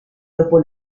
dopo